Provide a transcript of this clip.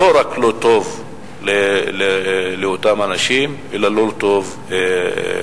לא רק לא טוב לאותם אנשים אלא לא טוב לכולם.